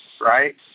right